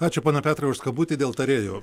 ačiū pone petrai už skambutį dėl tarėjų